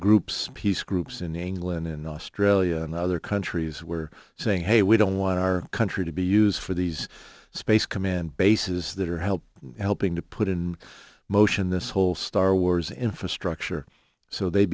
groups peace groups in england in australia and other countries were saying hey we don't want our country to be used for these space command bases that are help helping to put in motion this whole star wars infrastructure so they